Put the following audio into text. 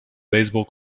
baseball